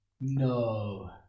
no